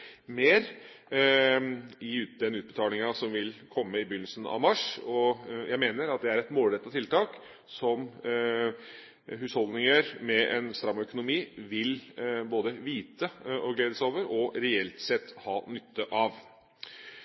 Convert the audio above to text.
mer. Den utbetalingen vil komme i begynnelsen av mars. Jeg mener at det er et målrettet tiltak som husholdninger med en stram økonomi både vil glede seg over og reelt sett ha nytte av.